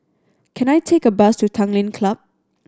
can I take a bus to Tanglin Club